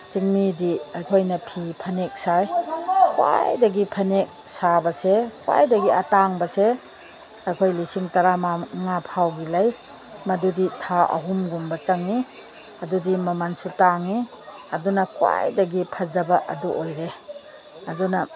ꯆꯤꯡꯃꯤꯗꯤ ꯑꯩꯈꯣꯏꯅ ꯐꯤ ꯐꯅꯦꯛ ꯁꯥꯏ ꯈ꯭ꯋꯥꯏꯗꯒꯤ ꯐꯅꯦꯛ ꯁꯥꯕꯁꯦ ꯈ꯭ꯋꯥꯏꯗꯒꯤ ꯑꯇꯥꯡꯕꯁꯦ ꯑꯩꯈꯣꯏ ꯂꯤꯁꯤꯡ ꯇꯔꯥ ꯃꯉꯥ ꯐꯥꯎꯕꯒꯤ ꯂꯩ ꯃꯗꯨꯗꯤ ꯊꯥ ꯑꯍꯨꯝꯒꯨꯝꯕ ꯆꯪꯉꯤ ꯑꯗꯨꯗꯤ ꯃꯃꯟꯁꯨ ꯇꯥꯡꯉꯤ ꯑꯗꯨꯅ ꯈ꯭ꯋꯥꯏꯗꯒꯤ ꯐꯖꯕ ꯑꯗꯨ ꯑꯣꯏꯔꯦ ꯑꯗꯨꯅ